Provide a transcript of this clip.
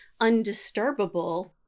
undisturbable